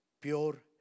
pure